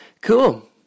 Cool